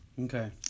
Okay